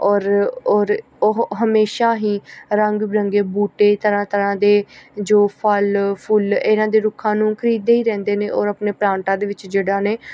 ਔਰ ਔਰ ਉਹ ਹਮੇਸ਼ਾ ਹੀ ਰੰਗ ਬਿਰੰਗੇ ਬੂਟੇ ਤਰ੍ਹਾਂ ਤਰ੍ਹਾਂ ਦੇ ਜੋ ਫਲ ਫੁੱਲ ਇਹਨਾਂ ਦੇ ਰੁੱਖਾਂ ਨੂੰ ਖਰੀਦਦੇ ਹੀ ਰਹਿੰਦੇ ਨੇ ਔਰ ਆਪਣੇ ਪਲਾਂਟਾਂ ਦੇ ਵਿੱਚ ਜਿਹੜਾ ਨੇ